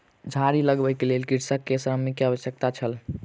झाड़ी लगबैक लेल कृषक के श्रमिक के आवश्यकता छल